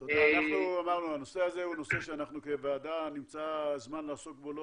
זה נושא שכוועדה נמצא זמן לעסוק בו לא